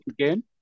again